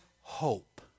hope